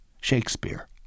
Shakespeare